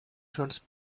turns